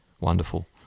wonderful